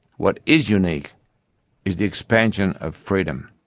what is unique is the expansion of freedom.